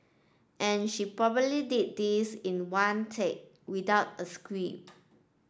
and she probably did this in one take without a script